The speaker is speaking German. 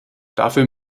dafür